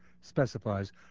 specifies